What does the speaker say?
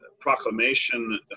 proclamation